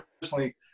personally